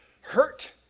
hurt